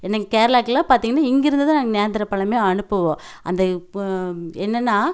ஏன்னா இங் கேரளாக்கு எல்லாம் பார்த்தீங்கன்னா இங்கே இருந்து தான் நாங்க நேந்தரம் பழமே அனுப்புவோம் அந்த பு என்னென்னா